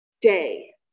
Day